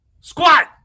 Squat